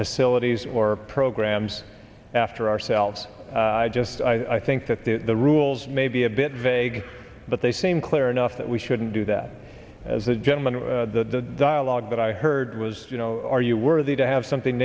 facilities or programmes after ourselves just i think that the rules may be a bit vague but they seem clear enough that we shouldn't do that as a gentleman in the dialogue that i heard was you know are you worthy to have something